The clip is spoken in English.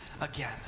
again